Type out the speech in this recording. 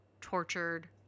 tortured